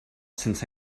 sense